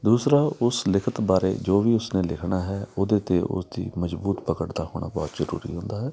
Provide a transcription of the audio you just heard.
ਦੂਸਰਾ ਉਸ ਲਿਖਤ ਬਾਰੇ ਜੋ ਵੀ ਉਸਨੇ ਲਿਖਣਾ ਹੈ ਉਹਦੇ 'ਤੇ ਉਸਦੀ ਮਜ਼ਬੂਤ ਪਕੜ ਦਾ ਹੋਣਾ ਬਹੁਤ ਜ਼ਰੂਰੀ ਹੁੰਦਾ ਹੈ